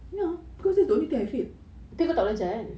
ya because that is the only thing I fail